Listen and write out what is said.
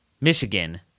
Michigan